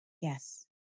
Yes